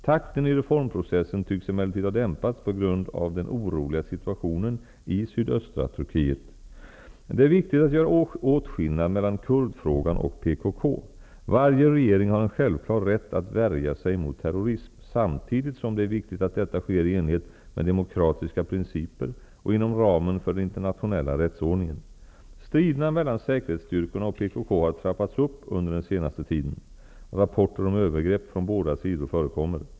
Takten i reformprocessen tycks emellertid ha dämpats på grund av den oroliga situationen i sydöstra Turkiet. Det är viktigt att göra åtskillnad mellan kurdfrågan och PKK. Varje regering har en självklar rätt att värja sig mot terrorism, samtidigt som det är viktigt att detta sker i enlighet med demokratiska principer och inom ramen för den internationella rättsordningen. Striderna mellan säkerhetsstyrkorna och PKK har trappats upp under den senaste tiden. Rapporter om övergrepp från båda sidor förekommer.